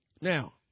Now